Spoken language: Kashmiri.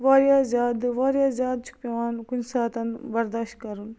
وارِیاہ زیادٕ وارِیاہ زیادٕ چھِکھ پیٚوان کُنہِ ساتہٕ برداشت کَرُن